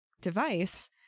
device